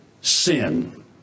sin